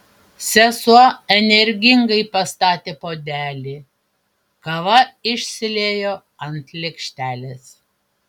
sesuo energingai pastatė puodelį kava išsiliejo ant lėkštelės